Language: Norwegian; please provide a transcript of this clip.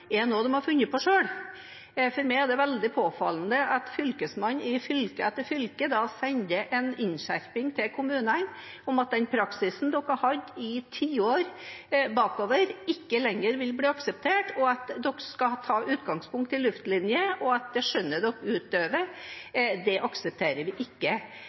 er noe de har funnet på selv. For meg er det veldig påfallende at fylkesmannen i fylke etter fylke da sender en innskjerping til kommunene om at den praksisen kommunene har hatt i tiår bakover, ikke lenger vil bli akseptert, at de skal ta utgangspunkt i luftlinje, og at det skjønnet de utøver, ikke